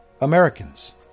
Americans